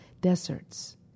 deserts